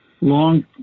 long